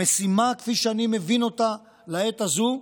המשימה, כפי שאני מבין אותה לעת הזו,